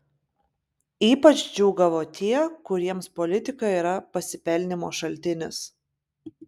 ypač džiūgavo tie kuriems politika yra pasipelnymo šaltinis